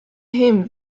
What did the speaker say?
him